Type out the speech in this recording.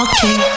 Okay